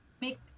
Make